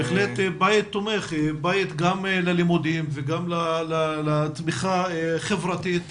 בית תומך, בית גם ללימודים וגם לתמיכה חברתית,